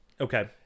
Okay